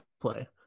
play